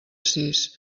sis